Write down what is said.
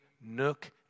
nook